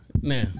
Now